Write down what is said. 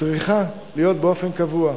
צריכה להיות באופן קבוע,